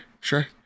sure